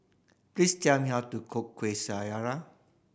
please tell me how to cook Kuih Syara